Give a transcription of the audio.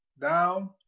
down